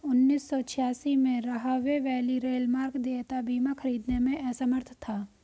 उन्नीस सौ छियासी में, राहवे वैली रेलमार्ग देयता बीमा खरीदने में असमर्थ था